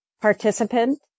participant